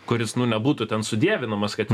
kuris nu nebūtų ten sudievinamas kad